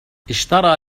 اشترى